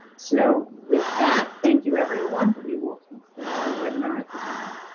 so with that thank you everyone, we will conclude our webinar at this point.